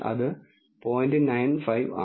95 ആണ്